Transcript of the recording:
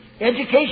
Education